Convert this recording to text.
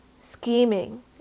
scheming